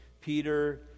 Peter